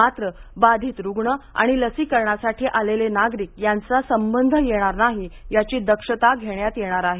मात्र बाधित रुग्ण आणि लसीकरणासाठी आलेले नागरिक यांचा संबंध येणार नाही याची दक्षता घेण्यात येणार आहे